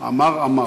עמאר אמר.